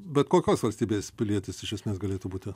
bet kokios valstybės pilietis iš esmės galėtų būti